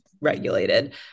regulated